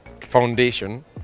Foundation